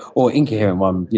or incoherent one. you